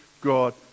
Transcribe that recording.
God